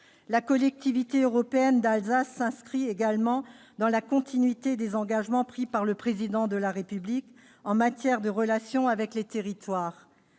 La Collectivité européenne d'Alsace s'inscrit également dans la continuité des engagements pris par le Président de la République en matière de relation avec les territoires